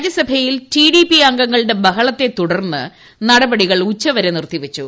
രാജ്യസഭയിൽ റ്റിഡിപി അംഗങ്ങളുടെ ബഹളത്തെ തുടർന്ന് നടപടികൾ ഉച്ചവരെ നിർത്തി വച്ചു